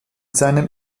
seinem